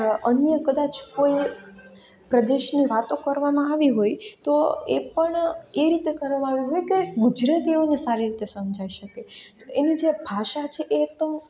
અન્ય કદાચ કોઈ પ્રદેશની વાતો કરવામાં આવી હોય તો એ પણ એ રીતે કરવાનું હોય કે ગુજરાતીઓને સારી રીતે સમજાઈ શકે એને જે ભાષા છે એ તો